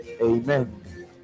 amen